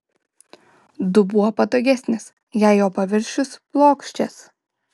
dubuo patogesnis jei jo paviršius plokščias